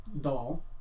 Doll